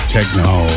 Techno